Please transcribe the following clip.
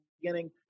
beginning